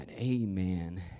Amen